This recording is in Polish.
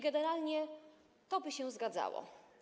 Generalnie to by się zgadzało.